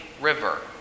river